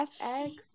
fx